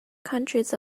countries